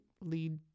lead